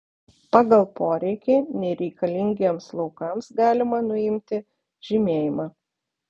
pagal poreikį nereikalingiems laukams galima nuimti žymėjimą